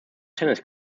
tennis